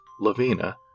Lavina